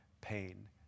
pain